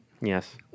Yes